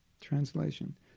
Translation